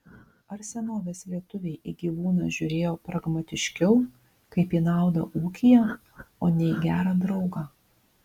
ar senovės lietuviai į gyvūną žiūrėjo pragmatiškiau kaip į naudą ūkyje o ne į gerą draugą